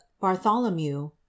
Bartholomew